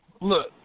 look